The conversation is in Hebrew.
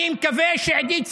אני מקווה שעידית סילמן,